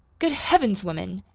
good heavens woman!